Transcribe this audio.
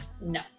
No